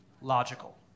Logical